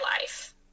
life